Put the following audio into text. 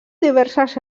diverses